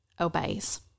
obeys